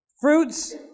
Fruits